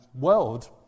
world